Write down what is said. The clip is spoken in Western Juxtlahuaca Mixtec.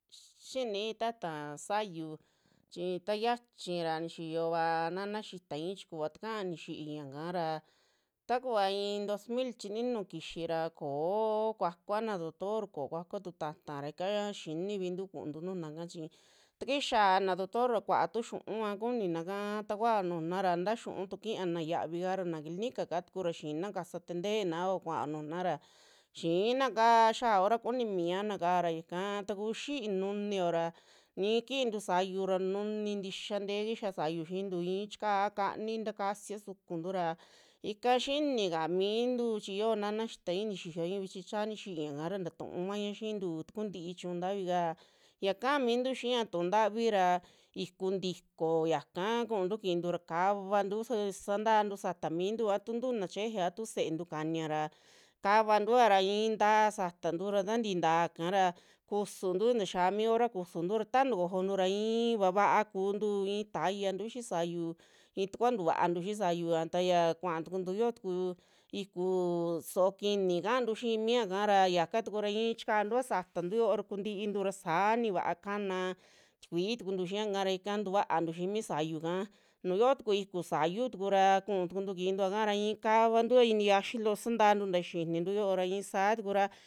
Xinii taata sayu chi taa yiachi ra nixiyova nana xitaai chi kuva ka'a niixiña kara taku i'i dos mil chininu kixi ra ko'o kuakua na doctor, ko'o kuakua tu taata ra ika xinivintu kuntu nujuna kaa, chi takixaa naa doctor kuaa tu xu'unva kuninaka takuao nujuna ra nta xu'un tu na xiavika ra na clinica tukura xiina kasa antendenao kuao nujuna ra, xiinaka xiaa hora kuni mianaka ra ika taku xi'i nuniyo ra, i'i kiintu sayu ra nuni tixaa tee kixa sayu xiintu, i'i chikaa kani, takasia sukuntu ra ika xinika mintu, chi yoo nana xitai nixiyoña vichi chaa nixiña kara tatunvaña xiintu takun ti'i chiñu ntavi kaa, ya kaa mintu xia tu'un ntavi ra iku ntiko yaka kuntu kintu ra kavantu su santantu sata mintu, a tuu ntu'u na cheje a tuu se'entu kania ra kavantua ra i'in taa satantu ra tantii ntaa kara, kusuntu taaxia mi hora kusuntu ra tani kojontura i'i vaava kuntu i'i tayantu xii sayu, i'i takua tuvaantu a taya kuaa tukuntu, yio tuku ikuu so'o kini kaantu xii mi yakara yaka tukura i'i chikantua satantuyo ra kuntiintu ra saa ni va'a kana tikui tukuntu xia kara ika tuvuantu xii mi sayuka, nuu yio tuku ikuu sayuú tuku ra kuu tukuntu kiintuaka ra i'i kavantua ini xiayi loo santantu ntaa xinintu yoo ra isaa tukura.